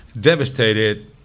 devastated